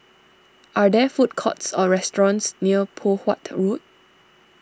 are there food courts or restaurants near Poh Huat Road